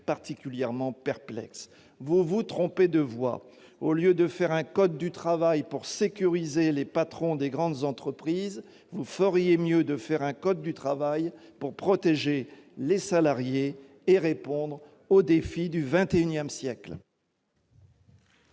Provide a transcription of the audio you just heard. licenciements. Vous vous trompez de voie, madame la ministre. Au lieu de faire un code du travail pour sécuriser les patrons des grandes entreprises, vous feriez mieux de faire un code du travail pour protéger les salariés et répondre aux défis du XXIsiècle.